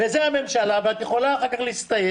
זו הממשלה, ואת יכולה אחר כך להסתייג.